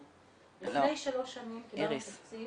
לפני שלוש שנים קיבלנו תקציב -- איריס,